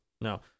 No